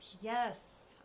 Yes